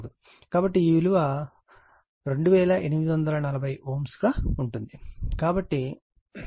కాబట్టి ఈ విలువ 2840 Ω గా ఉంటుంది